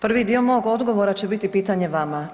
Prvi dio mog odgovora će biti pitanje vama.